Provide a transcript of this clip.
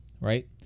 right